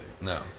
No